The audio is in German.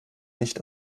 nicht